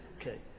Okay